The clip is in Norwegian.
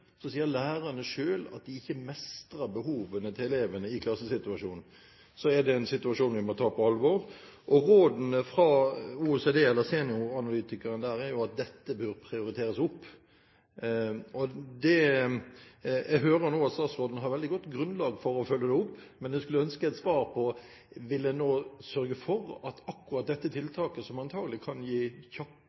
sier at de ikke mestrer behovene til elevene i klassesituasjonen, er det en situasjon vi må ta på alvor. Rådene fra senioranalytikeren i OECD er at dette bør prioriteres opp. Jeg hører nå at statsråden har veldig godt grunnlag for å følge det opp, men jeg skulle ønske et svar på følgende spørsmål: Vil en nå sørge for at akkurat dette tiltaket, som antakelig kan gi